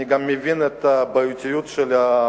אני גם מבין את הבעייתיות של הנושא,